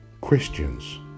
Christians